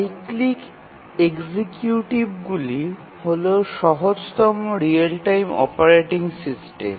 cyclic এক্সিকিউটিভগুলি হল সহজতম রিয়েল টাইম অপারেটিং সিস্টেম